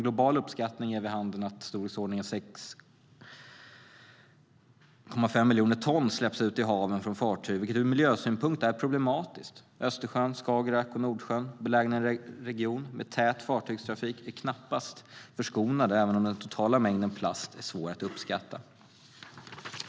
En global uppskattning ger vid handen att i storleksordningen 6,5 miljoner ton släpps ut i haven från fartyg, vilket ur miljösynpunkt är problematiskt. Östersjön, Skagerrak och Nordsjön är belägna i en region med tät fartygstrafik. Vi är knappast förskonade även om den totala mängden plast är svår att uppskatta.